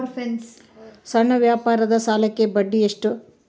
ಸಣ್ಣ ವ್ಯಾಪಾರದ ಸಾಲಕ್ಕೆ ಬಡ್ಡಿ ಎಷ್ಟು?